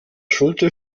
schulte